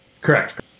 Correct